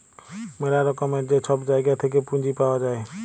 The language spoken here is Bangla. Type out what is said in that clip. ম্যালা রকমের যে ছব জায়গা থ্যাইকে পুঁজি পাউয়া যায়